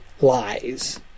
lies